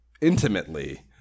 intimately